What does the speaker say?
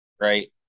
right